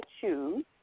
choose